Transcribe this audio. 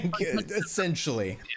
essentially